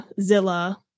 Zilla